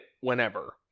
whenever